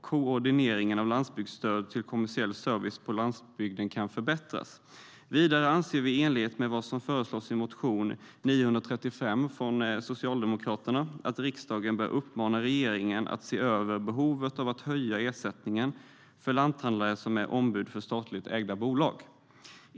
koordineringen av landsbygdsstöd till kommersiell service på landsbygden kan förbättras. Vidare anser vi, i enlighet med vad som föreslås i motion 935 från Socialdemokraterna, att riksdagen bör uppmana regeringen att se över behovet av att höja ersättningen för lanthandlare som är ombud för statligt ägda bolag.